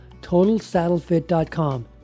totalsaddlefit.com